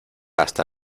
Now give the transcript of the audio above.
hasta